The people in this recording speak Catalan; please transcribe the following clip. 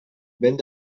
vent